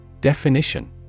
Definition